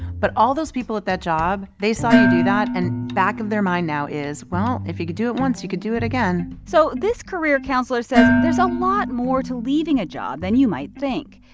but all those people at that job, they saw you do that. and back of their mind now is, well, if you could do it once, you could do it again so this career counsellor says there's a lot more to leaving a job than you might think.